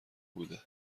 بوده